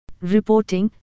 reporting